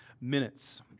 minutes